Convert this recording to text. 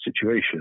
situation